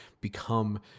become